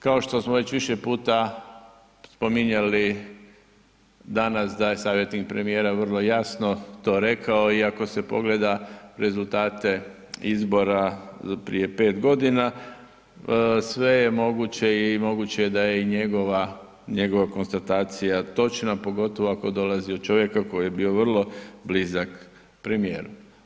Kao što smo već više puta spominjali danas da je savjetnik premijera vrlo jasno to rekao i ako se pogleda rezultate izbora prije 5 godina sve je moguće i moguće je da je i njegova konstatacija točna, pogotovo ako dolazi od čovjeka koji je bio vrlo blizak premijeru.